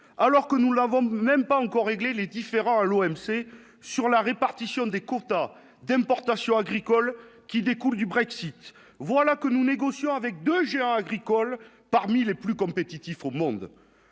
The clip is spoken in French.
alors que nous la vendent même pas encore réglé les différends à l'OMC sur la répartition des constats d'importations agricoles qui découle du Brexit, voilà que nous négocions avec 2 géants agricoles parmi les plus compétitifs au monde